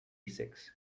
six